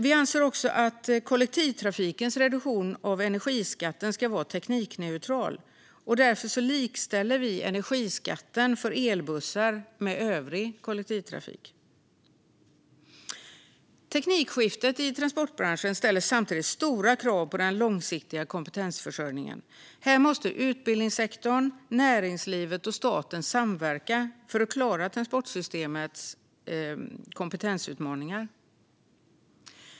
Vi anser att kollektivtrafikens reduktion av energiskatten ska vara teknikneutral och likställer därför energiskatten för elbussar med den för övrig kollektivtrafik. Teknikskiftet i transportbranschen ställer samtidigt stora krav på den långsiktiga kompetensförsörjningen. Här måste utbildningssektorn, näringslivet och staten samverka för att klara transportsystemets kompetensutmaningar.